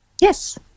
Yes